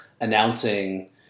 announcing